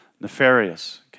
nefarious